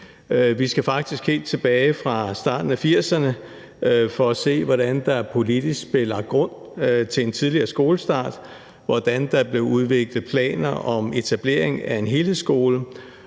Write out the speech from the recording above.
Vi skal faktisk helt tilbage til starten af 80'erne for at se, hvordan grunden politisk blev lagt til en tidligere skolestart, og hvordan der blev udviklet planer om etablering af en helhedsskole.